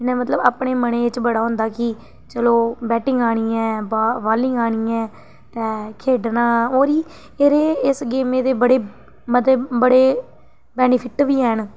इ'यां मतलब अपने मनै च बड़ा होंदा कि चलो बैटिंग आनी ऐ बालिंग आनी ऐ ते खेढना होर एह् एरी इस गेमां दे बड़े मते बड़े बैनीफिट बी हैन